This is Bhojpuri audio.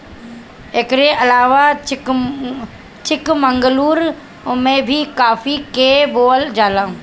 एकरी अलावा चिकमंगलूर में भी काफी के बोअल जाला